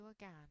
again